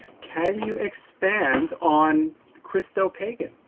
can you expand on christo-pagan?